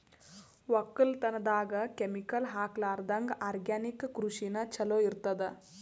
ಒಕ್ಕಲತನದಾಗ ಕೆಮಿಕಲ್ ಹಾಕಲಾರದಂಗ ಆರ್ಗ್ಯಾನಿಕ್ ಕೃಷಿನ ಚಲೋ ಇರತದ